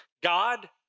God